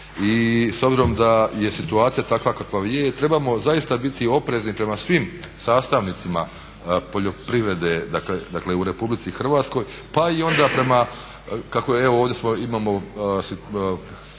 I s obzirom da je situacija takva kakva je trebamo zaista biti oprezni prema svim sastavnicama poljoprivrede, dakle u RH pa i onda prema kako je, evo ovdje imamo primjer